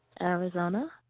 Arizona